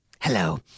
Hello